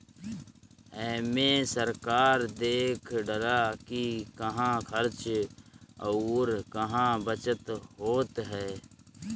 एमे सरकार देखऽला कि कहां खर्च अउर कहा बचत होत हअ